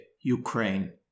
Ukraine